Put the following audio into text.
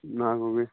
ᱚᱱᱟ ᱠᱚᱜᱮ